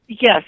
Yes